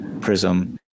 PRISM